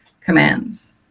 commands